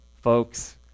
folks